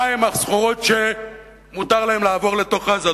מהן הסחורות שמותר להן לעבור לתוך עזה,